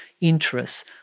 interests